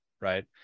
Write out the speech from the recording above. right